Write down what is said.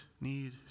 need